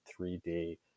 3D